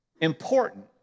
important